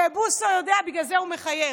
ובוסו יודע, לכן הוא מחייך: